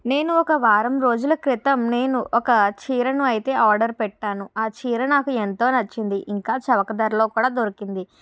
నేను ఒక వారం రోజుల క్రితం నేను ఒక చీరను అయితే ఆర్డర్ పెట్టాను ఆ చీర నాకు ఎంతో నచ్చింది ఇంకా చౌక ధరలో కూడా దొరికింది